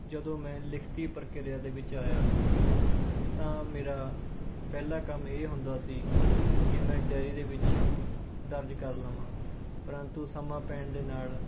ਜਦੋਂ ਮੈਂ ਲਿਖਤੀ ਪ੍ਰਕਿਰਿਆ ਦੇ ਵਿੱਚ ਆਇਆ ਤਾਂ ਮੇਰਾ ਪਹਿਲਾਂ ਕੰਮ ਇਹ ਹੁੰਦਾ ਸੀ ਕਿ ਮੈਂ ਡਾਇਰੀ ਦੇ ਵਿੱਚ ਦਰਜ ਕਰ ਲਵਾਂ ਪਰੰਤੂ ਸਮਾਂ ਪੈਣ ਦੇ ਨਾਲ